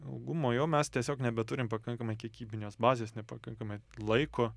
ilgumo jau mes tiesiog nebeturim pakankamai kiekybinės bazės nepakankamai laiko